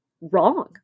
wrong